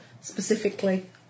specifically